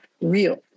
real